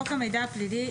החוק המידע הפלילי,